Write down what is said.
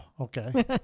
okay